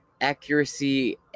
Accuracy